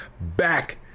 back